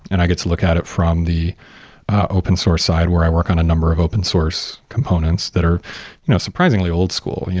and i get to look at it from the open source side where i work on a number of open source components that are you know surprisingly old school.